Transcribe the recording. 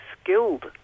skilled